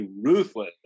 ruthless